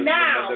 now